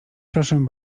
proszę